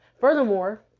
Furthermore